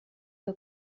que